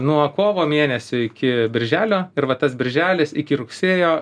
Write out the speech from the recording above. nuo kovo mėnensio iki birželio ir va tas birželis iki rugsėjo